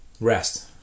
rest